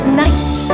night